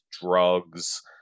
drugs